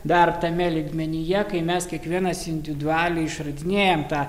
dar tame lygmenyje kai mes kiekvienas individualiai išradinėjam tą